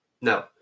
no